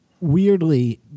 weirdly